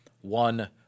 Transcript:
One